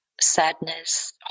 sadness